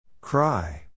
Cry